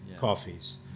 coffees